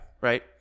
Right